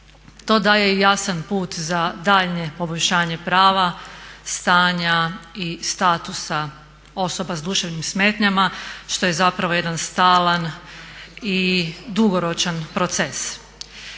To daje jasan put za daljnje poboljšanje prava, stanja i statusa osoba sa duševnim smetnjama što je zapravo jedan stalan i dugoročan proces.